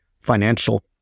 financial